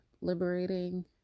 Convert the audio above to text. liberating